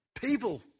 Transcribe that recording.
people